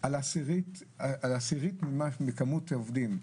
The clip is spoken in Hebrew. על עשירית מכמות עובדים,